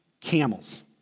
camels